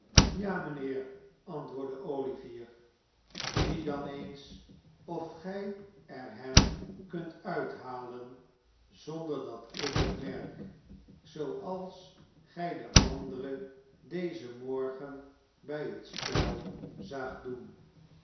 ja mijnheer antwoordde olivier zie dan eens of gij er hem kunt uithalen zonder dat ik het merk zooals gij de anderen dezen morgen bij het spel zaagt doen